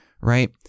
right